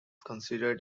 considered